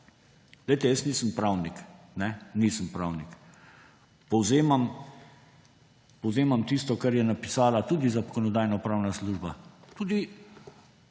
– jaz nisem pravnik, nisem pravnik, povzemam tisto, kar je napisala tudi Zakonodajno-pravna služba, tudi